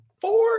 Four